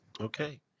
Okay